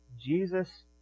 Jesus